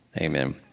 Amen